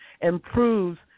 improves